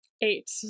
Eight